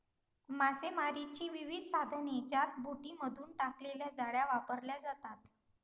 मासेमारीची विविध साधने ज्यात बोटींमधून टाकलेल्या जाळ्या वापरल्या जातात